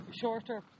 shorter